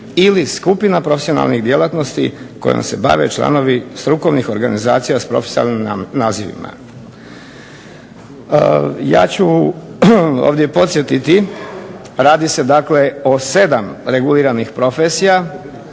ili skupina profesionalnih djelatnosti kojom se bave članovi strukovnih organizacija s profesionalnim nazivima. Ja ću ovdje podsjetiti, radi se dakle o sedam reguliranih profesija,